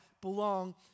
belong